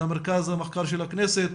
למרכז המחקר של הכנסת,